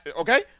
okay